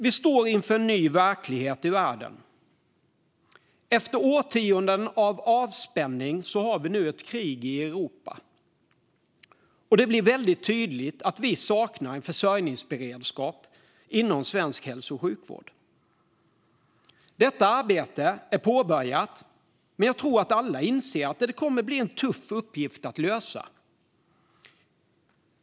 Vi står inför en ny verklighet i världen: Efter årtionden av avspänning har vi nu ett krig i Europa. Det blir nu väldigt tydligt att vi saknar försörjningsberedskap inom svensk hälso och sjukvård. Detta arbete är påbörjat, men jag tror att alla inser att det kommer att bli en tuff uppgift att lösa.